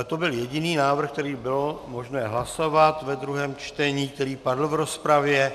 To byl jediný návrh, který bylo možné hlasovat ve druhém čtení, který padl v rozpravě.